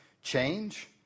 Change